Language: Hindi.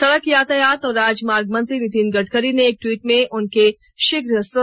सड़क यातायात और राजमार्ग मंत्री नितिन गडकरी ने एक ट्वीट में उनके शीघ्र स्व